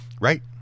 Right